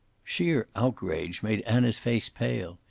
sheer outrage made anna's face pale.